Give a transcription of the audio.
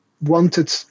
wanted